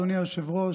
אדוני היושב-ראש,